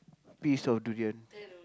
piece of durian